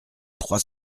trois